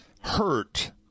hurt